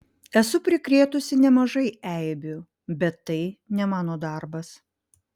esu prikrėtusi nemažai eibių bet tai ne mano darbas